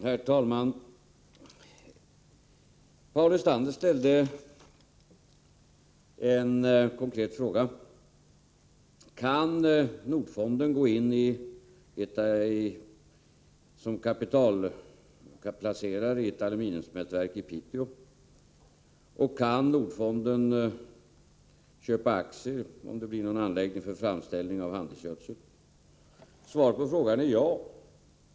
Herr talman! Paul Lestander ställde ett par konkreta frågor och undrade bl.a.: Kan Nordfonden gå in som kapitalplacerare i ett aluminiumsmältverk i Piteå, och kan Nordfonden köpa aktier om det blir någon anläggning för framställning av handelsgödsel? Svaret är ja.